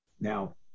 Now